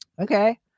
Okay